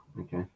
okay